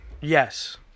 Yes